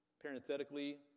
Parenthetically